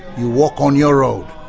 you walk on your own,